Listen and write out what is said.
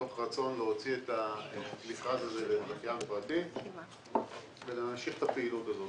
מתוך רצון להוציא את המכרז הזה לזכיין אזרחי ולהמשיך את הפעילות הזאת.